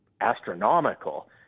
astronomical